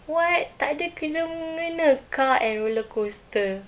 what tak ada kena mengena car and roller coaster